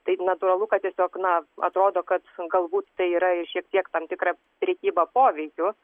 tai natūralu kad tiesiog na atrodo kad galbūt tai yra ir šiek tiek tam tikra prekyba poveikiu